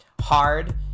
Hard